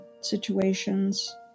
situations